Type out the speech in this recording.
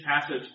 passage